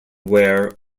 wear